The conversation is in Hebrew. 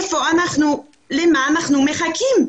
למה אנחנו מחכים?